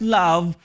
love